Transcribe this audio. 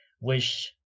wish